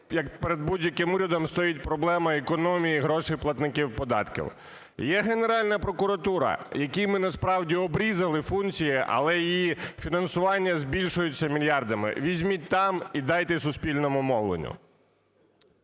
як перед будь-яким урядом, стоїть проблема економії грошей платників податків. Є Генеральна прокуратура, якій ми насправді обрізали функції, але її фінансування збільшується мільярдами, візьміть там і дайте суспільному мовленню.